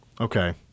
Okay